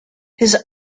his